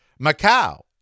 Macau